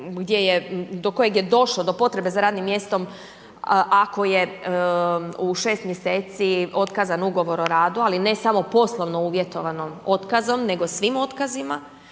do kojeg je došlo do potrebe za radnim mjestom ako je u 6 mjeseci otkazan ugovor o radu ali ne samo poslovno uvjetovanim otkazom nego svim otkazima,